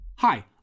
Hi